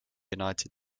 united